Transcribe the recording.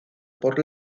por